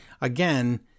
Again